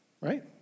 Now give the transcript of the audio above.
right